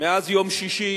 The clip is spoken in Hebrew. מאז יום שישי,